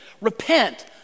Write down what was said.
Repent